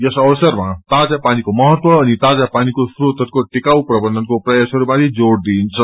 यस अवसरमा ताजा पानीको महत्व अनि ताजा पानीाको श्रोतहरूको टिकाऊ प्रबन्धनको प्रयासहरूमाथि जोड़ दिइन्छ